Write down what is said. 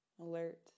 alert